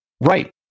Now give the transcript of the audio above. right